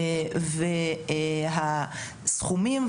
הסכומים המועברים,